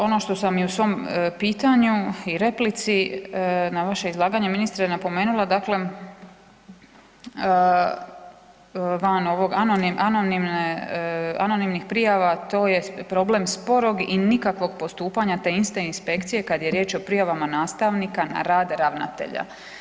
Ono što sam i u svom pitanju i replici na vaše izlaganje ministre napomenula, dakle van ovih anonimnih prijava to je problem sporog i nikakvog postupanja te iste inspekcije kada je riječ o prijavama nastavnika na rad ravnatelja.